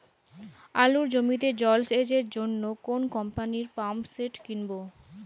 আলুর জমিতে জল সেচের জন্য কোন কোম্পানির পাম্পসেট কিনব?